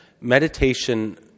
meditation